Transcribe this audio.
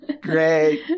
Great